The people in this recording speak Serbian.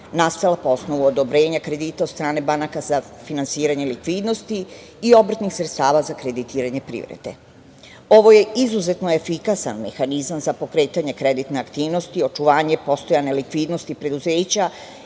nastala po osnovu odobrenja kredita od strane banaka za finansiranje likvidnosti i obrtnih sredstava za kreditiranje privrede. Ovo je izuzetno efikasan mehanizam za pokretanje kreditne aktivnosti, očuvanje postojane likvidnosti preduzeća